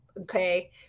Okay